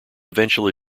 eventually